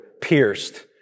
pierced